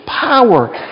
power